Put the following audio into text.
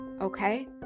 okay